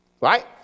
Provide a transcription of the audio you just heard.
right